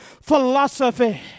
philosophy